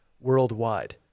worldwide